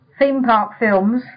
themeparkfilms